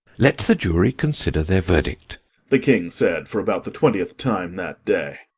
let the jury consider their verdict the king said, for about the twentieth time that day.